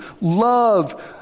love